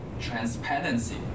transparency